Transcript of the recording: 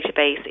database